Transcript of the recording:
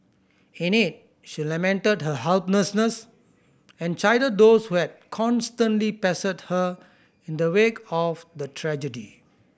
in it she lamented her helplessness and chided those who had constantly pestered her in the wake of the tragedy